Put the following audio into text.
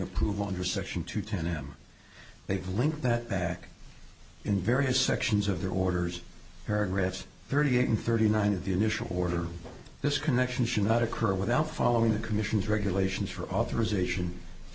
approval under section two ten am they've linked that back in various sections of the orders paragraphs thirty eight and thirty nine of the initial order this connection should not occur without following the commission's regulations for authorization to